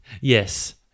Yes